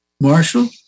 Marshall